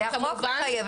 זה החוק מחייב.